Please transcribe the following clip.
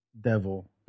devil